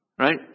Right